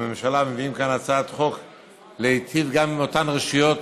והממשלה מביאים כאן הצעת חוק להיטיב גם עם אותן רשויות